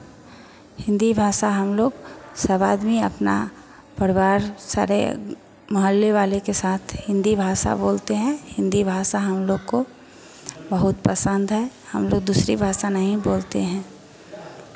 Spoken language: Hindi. हिन्दी भाषा हम लोग सब आदमी अपना परिवार सारे मोहल्ले वाले के साथ हिन्दी भाषा बोलते हैं हिन्दी भाषा हम लोग को बहुत पसन्द है हम लोग दूसरी भाषा नहीं बोलते हैं